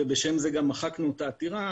ובשם זה גם מחקנו את העתירה,